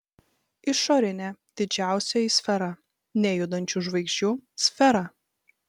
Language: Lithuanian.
išorinė didžiausioji sfera nejudančių žvaigždžių sfera